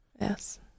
Yes